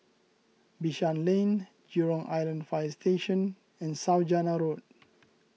Bishan Lane Jurong Island Fire Station and Saujana Road